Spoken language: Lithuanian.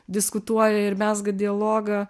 diskutuoja ir mezga dialogą